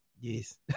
Yes